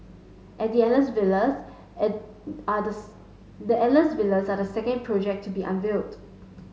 and the Alias Villas are the Alias Villas are the second project to be unveiled